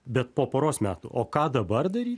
bet po poros metų o ką dabar daryt